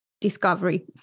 discovery